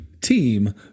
Team